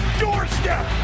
doorstep